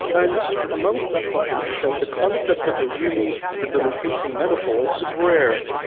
and amongst that population, the concept of a really debilitating menopause is rare.